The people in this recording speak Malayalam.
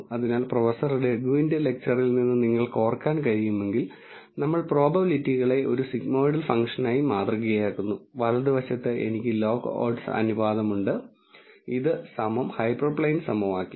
അതിനാൽ പ്രൊഫസർ രഘുവിന്റെ ലെക്ച്ചറിൽ നിന്ന് നിങ്ങൾക്ക് ഓർക്കാൻ കഴിയുമെങ്കിൽ നമ്മൾ പ്രോബബിലിറ്റികളെ ഒരു സിഗ്മോയ്ഡൽ ഫംഗ്ഷനായി മാതൃകയാക്കുന്നു വലതുവശത്ത് എനിക്ക് ലോഗ് ഓഡ്സ് അനുപാതമുണ്ട് ഇത് ഹൈപ്പർപ്ലെയ്ൻ സമവാക്യം